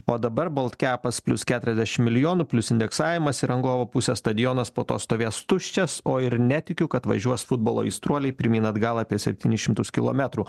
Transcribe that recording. o dabar baltkepas plius keturiasdešim milijonų plius indeksavimas į rangovo pusę stadionas po to stovės tuščias o ir netikiu kad važiuos futbolo aistruoliai pirmyn atgal apie septynis šimtus kilometrų